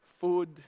food